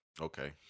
Okay